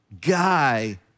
guy